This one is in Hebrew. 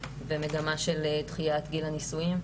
במגמה של דחיית גיל הנישואין,